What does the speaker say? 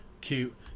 cute